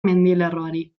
mendilerroari